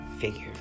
figure